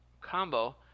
combo